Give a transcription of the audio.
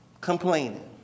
complaining